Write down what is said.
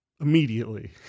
Immediately